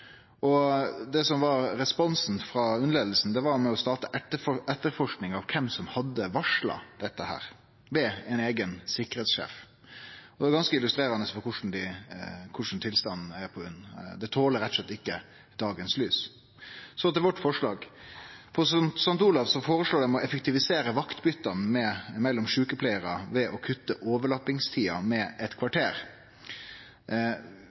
ut. Det som var responsen frå UNN-leiinga, var å starte etterforsking, ved ein eigen sikkerheitssjef, av kven som hadde varsla dette. Dette er ganske illustrerande for korleis tilstanden er på UNN. Det toler rett og slett ikkje dagens lys. Så til vårt forslag. På St. Olavs Hospital føreslår ein å effektivisere vaktbytta mellom sjukepleiarar ved å kutte overlappingstida med eit